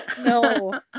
No